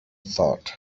thought